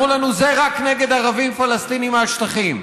אמרו לנו: זה רק נגד ערבים פלסטינים מהשטחים,